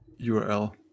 URL